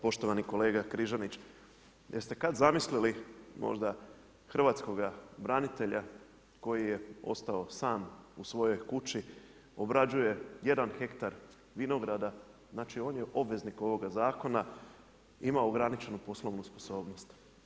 Poštovani kolega Križanić, jeste kad zamislili možda hrvatskoga branitelja koji je ostao sam u svojoj kući, obrađuje jedan hektar vinograda, znači on je obveznik ovoga zakona, ima ograničenu poslovnu sposobnost.